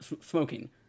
smoking